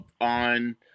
on